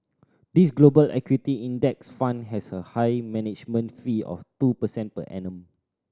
this Global Equity Index Fund has a high management fee of two percent per annum